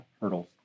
hurdles